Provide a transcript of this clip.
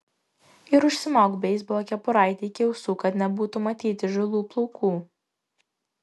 ir užsismauk beisbolo kepuraitę iki ausų kad nebūtų matyti žilų plaukų